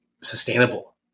sustainable